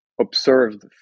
observed